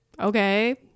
okay